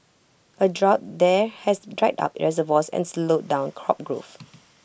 A drought there has dried up reservoirs and slowed down crop growth